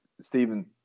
Stephen